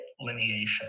lineation